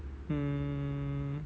mm